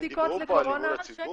דיברו פה על אמון הציבור.